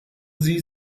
sie